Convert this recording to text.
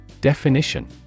Definition